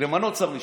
למנות שר משפטים,